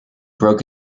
broke